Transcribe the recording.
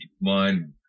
mind